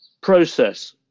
process